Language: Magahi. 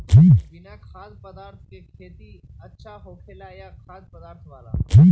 बिना खाद्य पदार्थ के खेती अच्छा होखेला या खाद्य पदार्थ वाला?